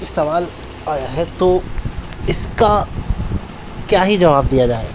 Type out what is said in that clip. اس سوال آیا ہے تو اس کا کیا ہی جواب دیا جائے